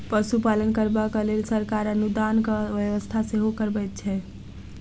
पशुपालन करबाक लेल सरकार अनुदानक व्यवस्था सेहो करबैत छै